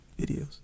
videos